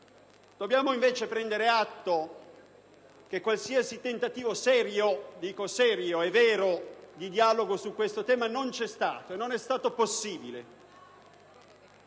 Dobbiamo, invece, prendere atto che qualsiasi tentativo serio e vero di dialogo su questo tema non è stato possibile.